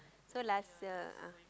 so last year ah